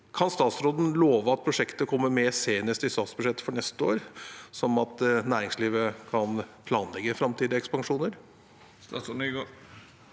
Kan statsråden love at prosjektet kommer med senest i statsbudsjettet for neste år, slik at næringslivet kan planlegge for framtidige ekspansjoner?